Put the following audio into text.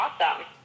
awesome